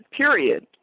period